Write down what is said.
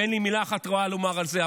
ואין לי מילה אחת רעה לומר על זה.